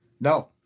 No